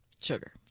sugar